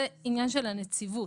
זה עניין של הנציבות.